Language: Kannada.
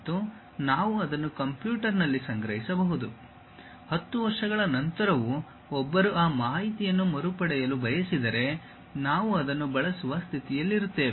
ಮತ್ತು ನಾವು ಅದನ್ನು ಕಂಪ್ಯೂಟರ್ನಲ್ಲಿ ಸಂಗ್ರಹಿಸಬಹುದು 10 ವರ್ಷಗಳ ನಂತರವೂ ಒಬ್ಬರು ಆ ಮಾಹಿತಿಯನ್ನು ಮರುಪಡೆಯಲು ಬಯಸಿದರೆ ನಾವು ಅದನ್ನು ಬಳಸುವ ಸ್ಥಿತಿಯಲ್ಲಿರುತ್ತೇವೆ